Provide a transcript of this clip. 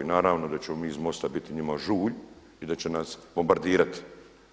I naravno da ćemo mi iz MOSTA biti njima žulj i da će nas bombardirati,